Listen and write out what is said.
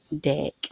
deck